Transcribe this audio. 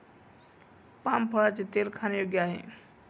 palm फळाचे तेल खाण्यायोग्य आहे